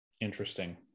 Interesting